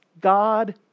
God